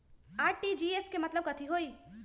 RTGS के मतलब कथी होइ?